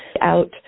out